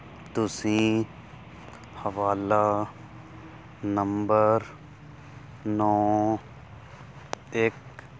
ਤੁਸੀਂ ਹਵਾਲਾ ਨੰਬਰ ਨੌਂ ਇੱਕ